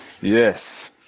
Yes